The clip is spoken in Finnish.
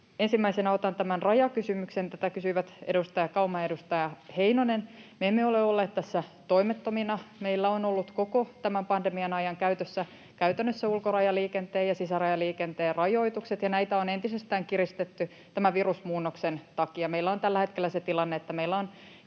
ensimmäisenä otan tämän rajakysymyksen. Tätä kysyivät edustaja Kauma ja edustaja Heinonen. Me emme ole olleet tässä toimettomina. Meillä ovat olleet koko tämän pandemian ajan käytössä käytännössä ulkorajaliikenteen ja sisärajaliikenteen rajoitukset, ja näitä on entisestään kiristetty tämän virusmuunnoksen takia. Meillä on tällä hetkellä se tilanne, että meillä on